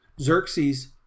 Xerxes